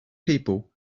people